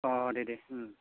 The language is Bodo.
अह दे दे ओम